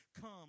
come